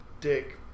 Dick